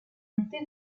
ont